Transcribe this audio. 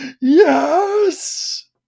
Yes